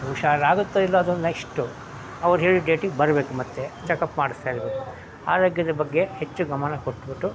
ಹುಷಾರು ಆಗುತ್ತೋ ಇಲ್ಲವೋ ಅದು ನೆಕ್ಶ್ಟು ಅವ್ರು ಹೇಳಿದ ಡೇಟಿಗೆ ಬರ್ಬೇಕು ಮತ್ತು ಚಕಪ್ ಮಾಡಿಸ್ತಾ ಇರ್ಬೇಕು ಆರೋಗ್ಯದ ಬಗ್ಗೆ ಹೆಚ್ಚು ಗಮನ ಕೊಟ್ಬಿಟ್ಟು